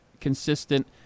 consistent